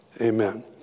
amen